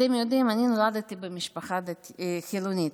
אתם יודעים, אני נולדתי במשפחה חילונית,